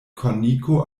korniko